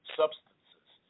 substances